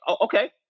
okay